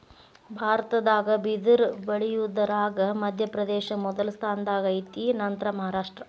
ಭಾರತದಾಗ ಬಿದರ ಬಳಿಯುದರಾಗ ಮಧ್ಯಪ್ರದೇಶ ಮೊದಲ ಸ್ಥಾನದಾಗ ಐತಿ ನಂತರಾ ಮಹಾರಾಷ್ಟ್ರ